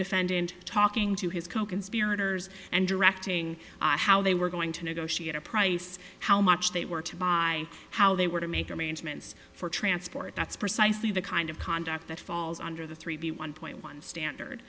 defendant talking to his coconspirators and directing how they were going to negotiate a price how much they were to buy how they were to make arrangements for transport that's precisely the kind of conduct that falls under the three b one point one standard